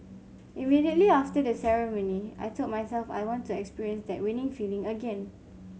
immediately after the ceremony I told myself I want to experience that winning feeling again